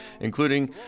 including